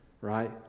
right